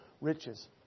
riches